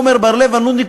עמר בר-לב הנודניק,